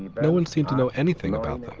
no one seemed to know anything about